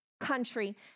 country